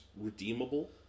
redeemable